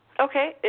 Okay